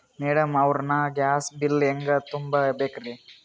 Madam ಅವ್ರ, ನಾ gas bill ಹೆಂಗ ತುಂಬಾ ಬೇಕ್ರಿ?